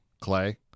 Clay